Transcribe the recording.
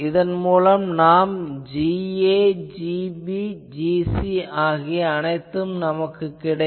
இதன் மூலம் நமக்கு Ga Gb Gc ஆகிய அனைத்தும் கிடைக்கும்